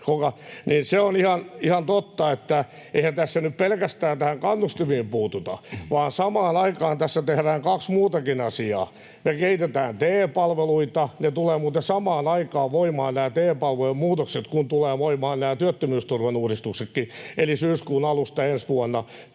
Se on ihan totta, että eihän tässä nyt pelkästään näihin kannustimiin puututa, vaan samaan aikaan tässä tehdään kaksi muutakin asiaa. Me kehitetään TE-palveluita — nämä TE-palvelujen muutokset tulevat muuten samaan aikaan voimaan kuin tulevat pääosin voimaan nämä työttömyysturvan uudistuksetkin eli syyskuun alusta ensi vuonna